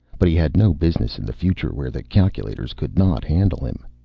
but he had no business in the future, where the calculators could not handle him.